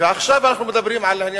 ועכשיו אנחנו מדברים על העניין של,